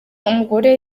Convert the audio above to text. umugore